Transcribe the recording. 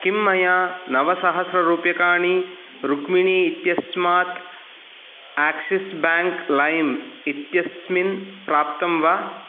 किं मया नवसहस्ररूप्यकाणि रुक्मिणी इत्यस्मात् आक्सिस् बेङ्क् लैम् इत्यस्मिन् प्राप्तं वा